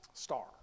Star